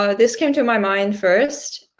ah this came to my mind first,